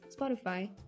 Spotify